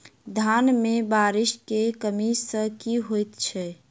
धान मे बारिश केँ कमी सँ की होइ छै?